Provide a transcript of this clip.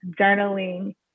journaling